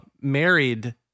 married